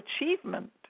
achievement